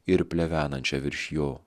ir plevenančią virš jo